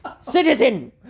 Citizen